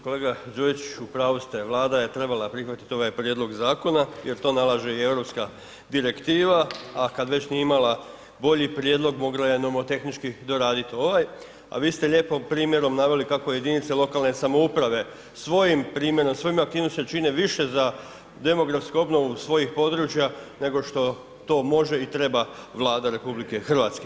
Kolega Đujić, u pravu ste, Vlada je trebala prihvatit ovaj prijedlog zakona jer to nalaže i Europska direktiva, a kad već nije imala bolji prijedlog mogla je nomotehnički doradit ovaj, a vi ste lijepo primjerom naveli kako jedinice lokalne samouprave svojim primjerom, svojim aktivnostima čine više za demografsku obnovu svojih područja nego što to može i treba Vlada RH.